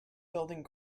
building